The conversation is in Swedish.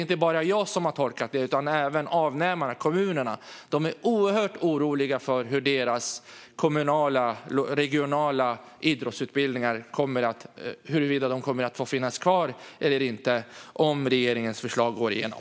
Inte bara jag utan även avnämarna, kommunerna, är oerhört oroliga över huruvida de kommunala och regionala idrottsutbildningarna kommer att få finnas kvar eller inte om regeringens förslag går igenom.